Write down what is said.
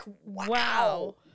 Wow